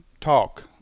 talk